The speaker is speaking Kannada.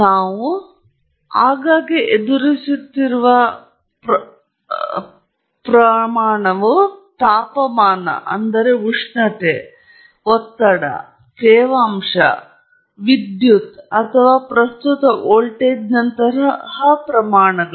ನಾವು ಆಗಾಗ್ಗೆ ಎದುರಿಸುತ್ತಿರುವ ತಾಪಮಾನವು ಉಷ್ಣತೆ ಒತ್ತಡ ತೇವಾಂಶ ಮತ್ತು ವಿದ್ಯುತ್ ಅಥವಾ ಪ್ರಸ್ತುತ ವೋಲ್ಟೇಜ್ನಂತಹ ಪ್ರಮಾಣಗಳು